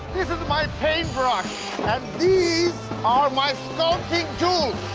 my paintbrush and these are my sculpting tools!